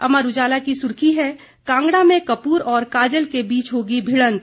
अमर उजाला की सुर्खी है कांगड़ा में कप्र और काजल के बीच होगी भिडंत